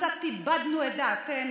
קצת איבדנו את דעתנו.